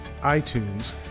iTunes